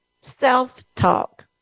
self-talk